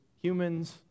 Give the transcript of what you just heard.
humans